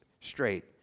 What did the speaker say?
straight